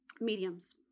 mediums